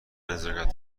نزاکت